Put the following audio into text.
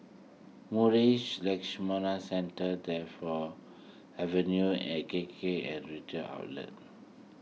Marsh Centre Tagore Avenue and K K outlet